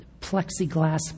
plexiglass